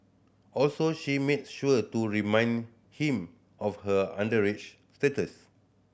also she made sure to remind him of her underage status